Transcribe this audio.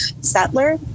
settler